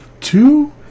Two